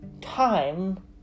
time